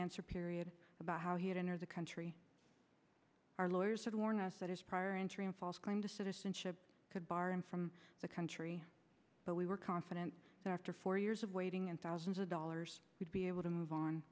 answer period about how he'd enter the country our lawyers had warned us that his prior entry and false claim to citizenship could bar him from the country but we were confident that after four years of waiting and thousands of dollars we'd be able to move on